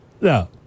No